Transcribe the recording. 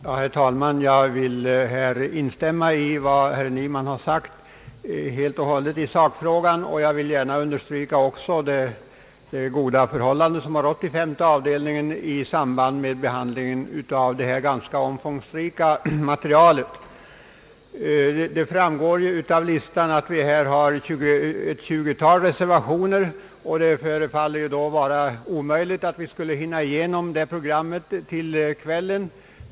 Herr talman! Jag vill i sakfrågan helt och hållet instämma i det herr Nyman har anfört samt även gärna understryka det goda förhållande som har rått i femte avdelningen i samband med behandlingen av detta ganska omfångsrika material. Det framgår av föredragningslistan att vi har ett tjugutal reservationer att behandla, och det förefaller omöjligt att hinna med det programmet till kvällen.